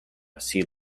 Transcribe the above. see